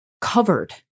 covered